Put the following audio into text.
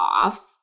off